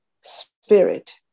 spirit